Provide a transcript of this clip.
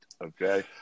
okay